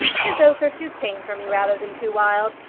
his oats are too tame for me rather than too wild.